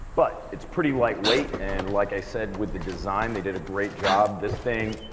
but it's pretty lightweight and like i said, with the design they did a great job. this thing,